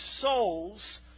souls